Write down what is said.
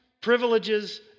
privileges